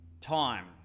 time